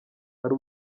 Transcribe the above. hari